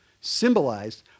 symbolized